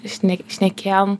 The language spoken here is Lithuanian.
šne šnekėjom